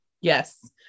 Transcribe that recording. Yes